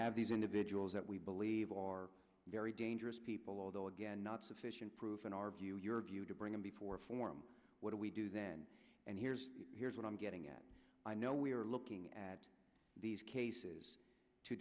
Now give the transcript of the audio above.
have these individuals that we believe are very dangerous people although again not sufficient proof in our view your view to bring them before form what do we do then and here's here's what i'm getting at i know we are looking at these cases to